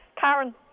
Karen